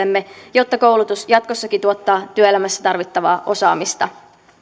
jotta koulutus jatkossakin tuottaa työelämässä tarvittavaa osaamista